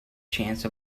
chance